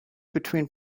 between